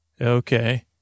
Okay